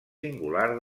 singular